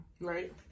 Right